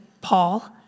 Paul